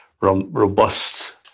robust